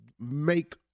make